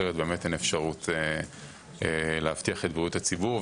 אחרת באמת אין אפשרות להבטיח את בריאות הציבור.